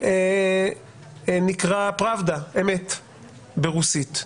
נקרא "פראבדה" אמת ברוסית.